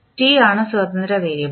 t ആണ് സ്വതന്ത്ര variable